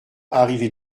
arrivé